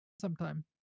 sometime